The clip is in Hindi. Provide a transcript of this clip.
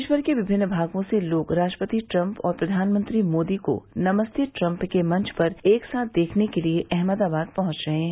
देशभर के विभिन्न भागों से लोग राष्ट्रपति ट्रंप और प्रधानमंत्री मोदी को नमस्ते ट्रम्प के मंच पर एक साथ देखने के लिए अहमदाबाद पहुंच रहे हैं